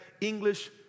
English